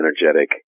energetic